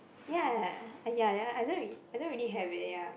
ya ya ya ya I don't I don't really have it ya